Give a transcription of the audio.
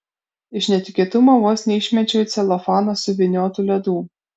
iš netikėtumo vos neišmečiau į celofaną suvyniotų ledų